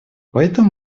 поэтому